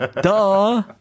duh